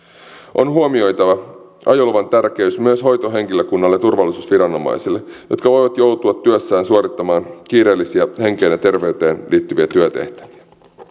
on huomioitava ajoluvan tärkeys myös hoitohenkilökunnalle ja turvallisuusviranomaisille jotka voivat joutua työssään suorittamaan kiireellisiä henkeen ja terveyteen liittyviä työtehtäviä